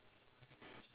which hanger